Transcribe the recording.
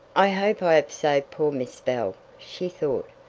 i hope i have saved poor miss bell, she thought.